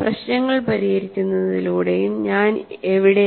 പ്രശ്നങ്ങൾ പരിഹരിക്കുന്നതിലൂടെയും ഞാൻ എവിടെ എത്തി